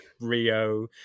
Rio